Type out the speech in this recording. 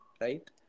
right